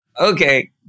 okay